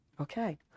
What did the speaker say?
okay